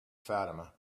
fatima